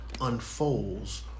unfolds